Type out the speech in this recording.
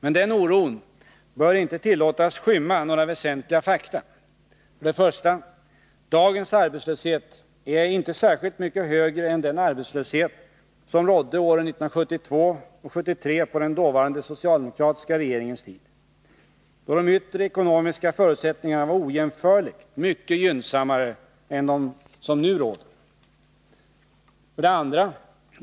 Men den oron bör inte tillåtas skymma några väsentliga fakta: 1. Dagens arbetslöshet är inte särskilt mycket högre än den arbetslöshet som rådde åren 1972 och 1973 på den dåvarande socialdemokratiska regeringens tid, då de yttre ekonomiska förutsättningarna var ojämförligt mycket gynnsammare än de som nu råder. 2.